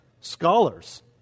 Scholars